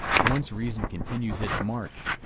once reason continues its march,